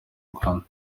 rwanda